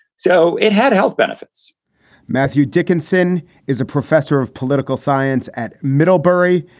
so it had health benefits matthew dickinson is a professor of political science at middlebury.